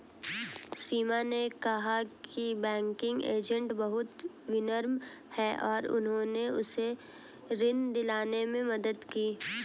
सीमा ने कहा कि बैंकिंग एजेंट बहुत विनम्र हैं और उन्होंने उसे ऋण दिलाने में मदद की